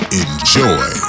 enjoy